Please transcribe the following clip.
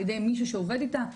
ע"י מישהו שעובד איתה.